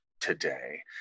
today